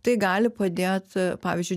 tai gali padėt pavyzdžiui